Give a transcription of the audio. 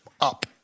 up